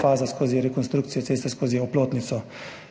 faza rekonstrukcije ceste skozi Oplotnico.